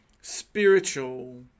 spiritual